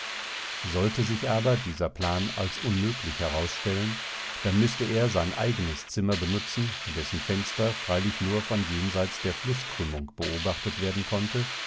sollte sich aber dieser plan als unmöglich herausstellen dann müßte er sein eigenes zimmer benutzen dessen fenster freilich nur von jenseits der flußkrümmung beobachtet werden konnte